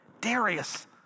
Darius